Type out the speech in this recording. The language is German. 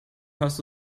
hörst